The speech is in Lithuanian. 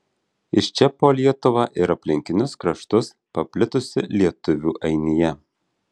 iš čia po lietuvą ir aplinkinius kraštus paplitusi lietuvių ainija